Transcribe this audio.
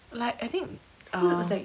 like I think uh